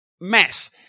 mess